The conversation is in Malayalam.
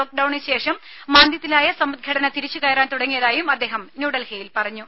ലോക്ഡൌണിനു ശേഷം മാന്ദ്യത്തിലായ സമ്പദ് ഘടന തിരിച്ചുകയറാൻ തുടങ്ങിയതായും അദ്ദേഹം ന്യൂഡൽഹിയിൽ പറഞ്ഞു